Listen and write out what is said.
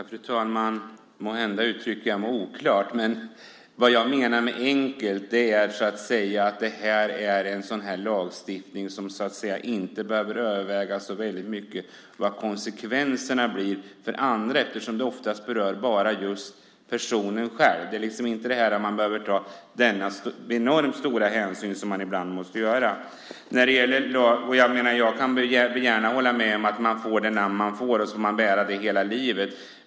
Fru talman! Måhända uttrycker jag mig oklart, men vad jag menar med enkelt är att detta är en lagstiftning där konsekvenserna för andra inte behöver övervägas så mycket eftersom de oftast berör bara personen själv. Det behöver inte tas denna enormt stora hänsyn som man ibland måste göra. Jag håller gärna med om att man får det namn man får, och sedan får man bära det hela livet.